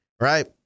right